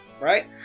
Right